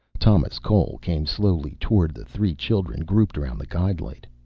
thomas cole came slowly toward the three children grouped around the guide-light.